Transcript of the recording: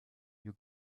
you